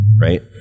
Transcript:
Right